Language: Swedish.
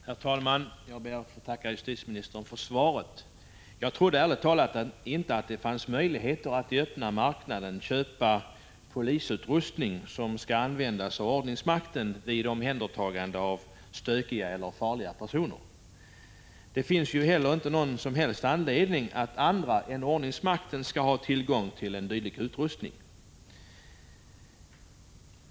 Herr talman! Jag ber att få tacka justitieministern för svaret. Jag trodde ärligt talat inte att det fanns möjligheter att i öppna marknaden köpa polisutrustning, som skall användas av ordningsmakten vid omhändertagande av stökiga eller farliga personer. Det finns ju heller inte någon som helst anledning att andra än ordningsmakten skall ha tillgång till dylik utrustning.